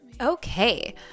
Okay